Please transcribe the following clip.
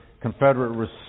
Confederate